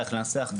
איך לנסח.